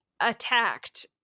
attacked